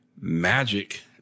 magic